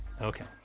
Okay